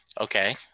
Okay